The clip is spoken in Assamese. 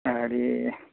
আৰে